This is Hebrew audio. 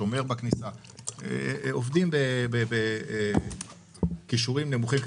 מדובר בעובדים בכישורים נמוכים,